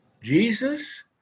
Jesus